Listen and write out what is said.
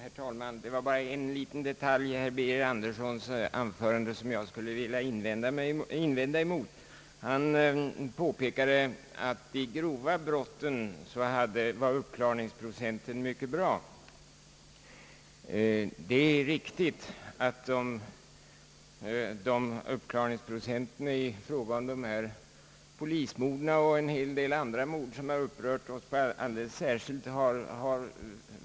Herr talman! Det var bara en liten detalj i herr Birger Anderssons uttalande jag skulle vilja invända mot. Han påpekade att uppklaringsprocenten var god när det gällde de grova brotten. Det är riktigt i fråga om polismorden och en del andra mord, som upprört oss alldeles särskilt.